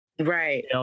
Right